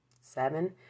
seven